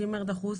שימר דחוס,